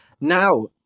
Now